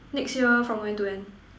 next year from when to when